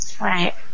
Right